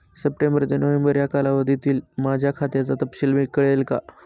September ते November या कालावधीतील माझ्या खात्याचा तपशील कळेल का?